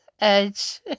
Edge